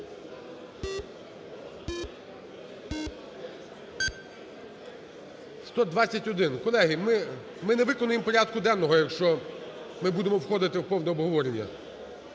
За-121 Колеги, ми не виконаємо порядку денного, якщо ми будемо входити в повне обговорення,